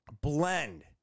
blend